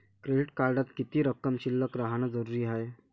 Credit कार्डात किती रक्कम शिल्लक राहानं जरुरी हाय?